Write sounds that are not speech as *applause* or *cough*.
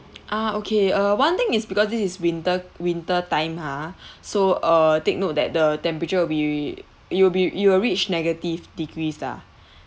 ah okay uh one thing is because this is winter winter time ha *breath* so uh take note that the temperature will be it will be it will reach negative degrees lah